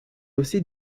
aussi